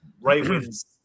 Ravens